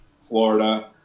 Florida